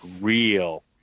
real